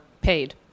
paid